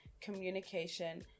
communication